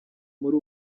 muri